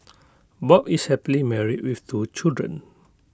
bob is happily married with two children